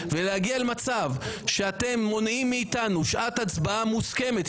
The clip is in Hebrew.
ולהגיע למצב שאתם מונעים מאתנו שעת הצבעה מוסכמת,